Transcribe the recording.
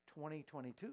2022